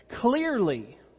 Clearly